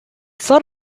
sort